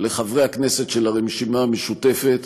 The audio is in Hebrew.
לחברי הכנסת של הרשימה המשותפת